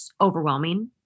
overwhelming